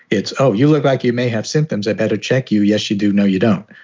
it's oh, you look like you may have symptoms. i better check you. yes, you do. no, you don't.